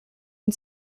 ein